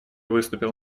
выступил